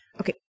Okay